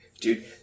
Dude